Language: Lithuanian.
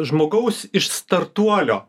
žmogaus iš startuolio